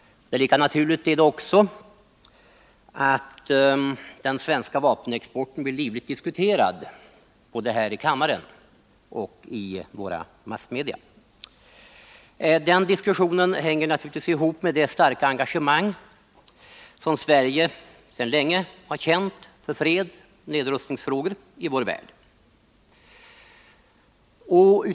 Lika naturligt är att den svenska vapenexporten blir livligt diskuterad både här i kammaren och i våra massmedia. Den diskussionen hänger givetvis ihop med det starka engagemang som Sverige sedan länge har känt för fredsoch nedrustningsfrågorna i vår värld.